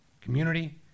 Community